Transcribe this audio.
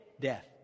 death